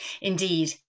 Indeed